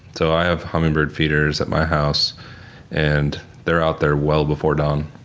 so i have hummingbird feeders at my house and they're out there well before dawn,